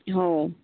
हो